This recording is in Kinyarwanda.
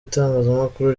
itangazamakuru